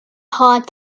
hard